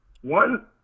One